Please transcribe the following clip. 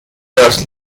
das